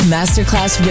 Masterclass